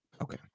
Okay